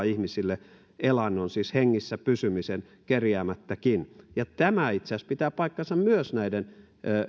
ihmisille elannon siis hengissä pysymisen kerjäämättäkin tämä itse asiassa pitää paikkansa myös näiden